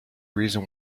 reason